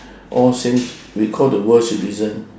all same we call the world citizen